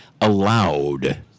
allowed